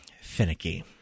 finicky